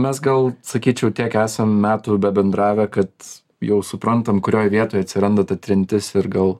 mes gal sakyčiau tiek esam metų bendravę kad jau suprantam kurioj vietoj atsiranda ta trintis ir gal